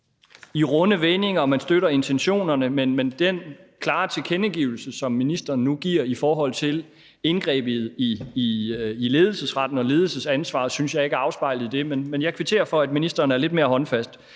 runde vendinger om, at man støtter intentionerne, men den klare tilkendegivelse, som ministeren nu kommer med i forhold til indgrebet i ledelsesretten og ledelsesansvaret, synes jeg ikke er afspejlet i det. Men jeg kvitterer for, at ministeren er lidt mere håndfast